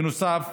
בנוסף,